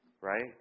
right